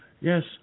Yes